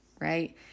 Right